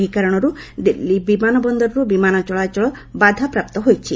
ଏହି କାରଣରୁ ଦିଲ୍ଲୀ ବିମାନ ବନ୍ଦରରୁ ବିମାନ ଚଳାଚଳ ବାଧାପ୍ରାପ୍ତ ହୋଇଛି